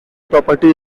property